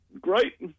great